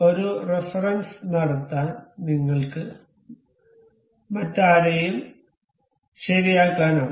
ഒരു റഫറൻസ് നടത്താൻ നിങ്ങൾക്ക് മറ്റാരെയും ശരിയാക്കാനാകും